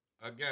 Again